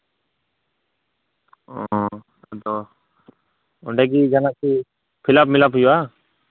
ᱚᱱᱰᱮ ᱜᱮ ᱡᱟᱸᱦᱟᱱᱟᱜ ᱠᱚ ᱯᱷᱤᱞᱟᱯ ᱢᱤᱞᱟᱯ ᱦᱩᱭᱩᱜᱼᱟ